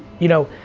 you know,